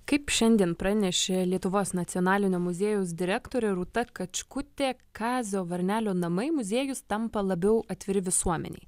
kaip šiandien pranešė lietuvos nacionalinio muziejaus direktorė rūta kačkutė kazio varnelio namai muziejus tampa labiau atviri visuomenei